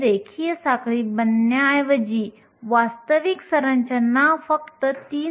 जेव्हा आपण विद्युत क्षेत्र लागू करतो तेव्हा हे इलेक्ट्रॉन आणि छिद्र मूलतः हालचाल करू शकतात